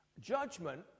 Judgment